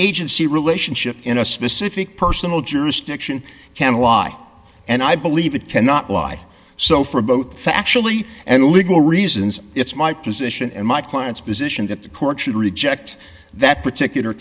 agency relationship in a specific personal jurisdiction can lie and i believe it cannot lie so for both factually and legal reasons it's my position and my client's position that the court should reject that particular